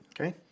Okay